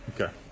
Okay